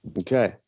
Okay